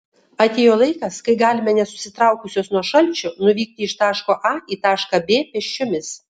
atėjo laikas kai galime nesusitraukusios nuo šalčio nuvykti iš taško a į tašką b pėsčiomis